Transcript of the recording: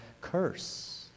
curse